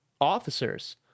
officers